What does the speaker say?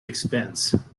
expense